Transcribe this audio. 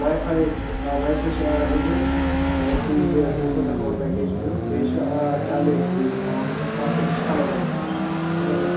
واے فاے آ wifi چھِ available اگر تُہۍ یہِ ٹوٗ تھاوزنٛڈ وول پیکیج نِیِو بیٚیہِ چھُ ڈَل لیک وِو یِوان مطلب تَتھ خٲطرٕ چھِ الگ روٗمٕز سُہ چھِ ہیٚرمِس